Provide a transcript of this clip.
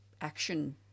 action